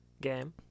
game